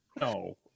no